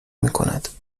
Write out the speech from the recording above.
میکند